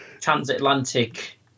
transatlantic